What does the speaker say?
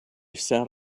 set